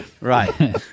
Right